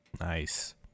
Nice